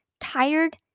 tired